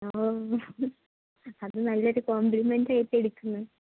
ഓ അത് നല്ലൊരു കോംപ്ലിമെന്റായിട്ട് എടുക്കുന്നു